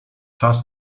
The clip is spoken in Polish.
czas